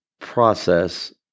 process